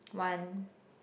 one